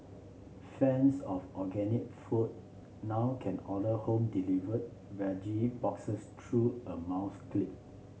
fans of organic food now can order home delivered veggie boxes through a mouse click